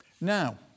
Now